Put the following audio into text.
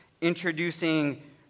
introducing